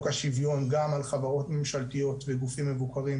השיוויון גם על חברות ממשלתיות וגופים מבוקרים,